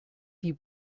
die